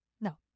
No